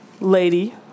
lady